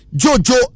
jojo